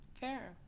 fair